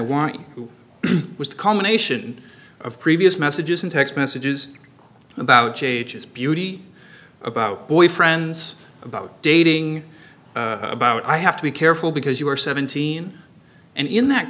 want you was the culmination of previous messages and text messages about ages beauty about boyfriends about dating about i have to be careful because you were seventeen and in that